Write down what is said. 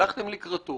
הלכתם לקראתו